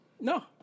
No